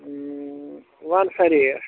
وَن سا ریٹ